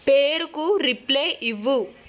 పేరుకు రిప్లై ఇవ్వు